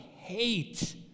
hate